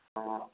हाँ